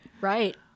Right